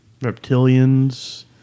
Reptilians